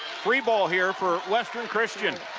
free ball here for western christian.